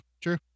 true